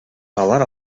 алар